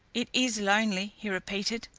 it is lonely, he repeated,